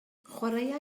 chwaraea